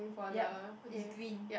yup it's green